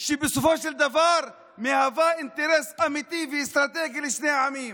שבסופו של דבר מהווה אינטרס אמיתי ואסטרטגי לשני עמים.